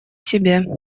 себе